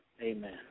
Amen